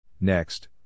Next